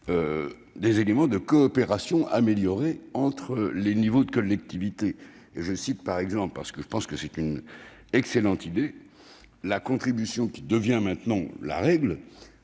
des éléments de coopération améliorée entre les niveaux de collectivités. Je cite à cet égard, parce que je pense que c'est une excellente idée, la contribution, qui devient maintenant la règle,